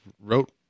wrote